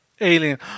alien